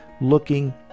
looking